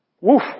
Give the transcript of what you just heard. Woof